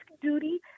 duty